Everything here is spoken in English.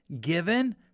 given